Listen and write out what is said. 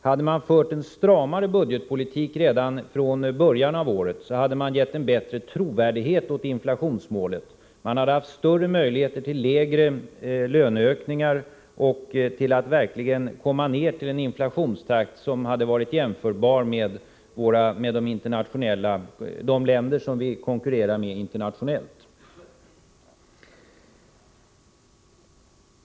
Hade man fört en stramare budgetpolitik redan från början av året hade man givit en bättre trovärdighet åt inflationsmålet, man hade haft större möjligheter till lägre löneökningar och till att verkligen komma ned i en inflationstakt som varit jämförbar med inflationstakten i de länder som vi konkurrerar med internationellt.